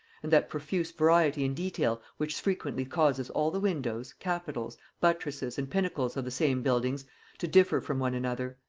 and that profuse variety in detail which frequently causes all the windows, capitals, buttresses and pinnacles of the same buildings to differ from one another.